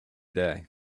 day